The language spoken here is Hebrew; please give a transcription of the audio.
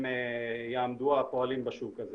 שבהם יעמדו הפועלים בשוק הזה.